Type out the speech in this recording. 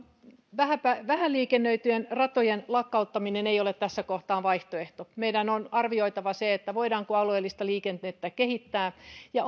vähän vähän liikennöityjen ratojen lakkauttaminen ei ole tässä kohtaa vaihtoehto meidän on arvioitava voidaanko alueellista liikennettä kehittää ja